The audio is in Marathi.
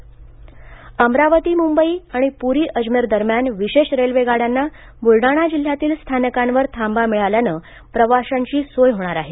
विशेष गाडया अमरावती मुंबई आणि प्री अजमेरदरम्यान विशेष रेल्वे गाड्यांना बुलडाणा जिल्ह्यातील स्थानकांवर थांबा मिळाल्याने प्रवाशांची सोय होणार आहे